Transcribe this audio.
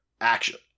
action